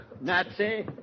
Nazi